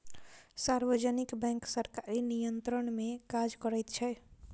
सार्वजनिक बैंक सरकारी नियंत्रण मे काज करैत छै